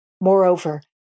Moreover